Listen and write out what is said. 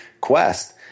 Quest